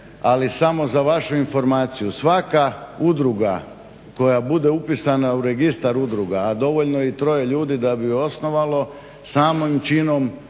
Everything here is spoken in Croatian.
ali samo za vašu informaciju, svaka udruga koja bude upisana u Registar udruga, a dovoljno je troje ljudi da bi ju osnovalo samim činom